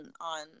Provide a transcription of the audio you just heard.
on